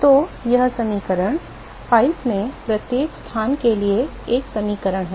तो यह समीकरण पाइप में प्रत्येक स्थान के लिए एक समीकरण है